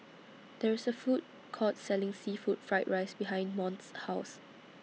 There IS A Food Court Selling Seafood Fried Rice behind Mont's House